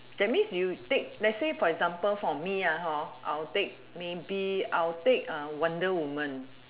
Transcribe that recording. that means you take let's say for example for me ah hor I will take maybe I'll take uh wonder woman